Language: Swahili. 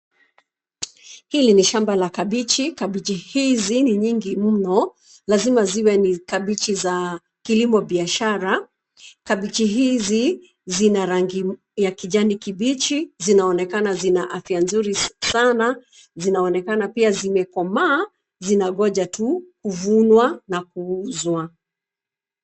Hili ni shamba la kabichi. Kabichi hizi ni nyingi mno lazima ziwe ni kabichi za kilimo biashara. Kabichi hizi zina rangi ya kijani kibichi, zinaonekana zina afya nzuri sana, zinaonekana pia zimekomaa, zinangoja tu kuvunwa na kuuzwa.